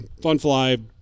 Funfly